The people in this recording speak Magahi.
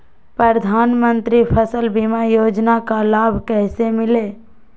प्रधानमंत्री फसल बीमा योजना का लाभ कैसे लिये?